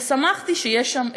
ושמחתי שאתם שם.